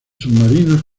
submarinos